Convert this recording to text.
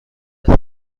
است